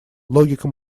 логика